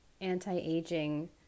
anti-aging